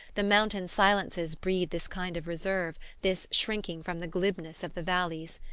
the mountain silences breed this kind of reserve, this shrinking from the glibness of the valleys.